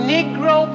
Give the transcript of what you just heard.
Negro